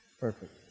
Perfect